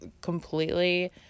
completely